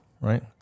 right